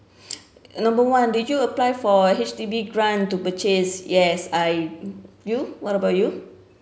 number one did you apply for H_D_B grant to purchase yes I you what about you